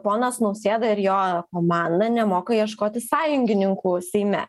ponas nausėda ir jo komanda nemoka ieškoti sąjungininkų seime